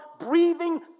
breathing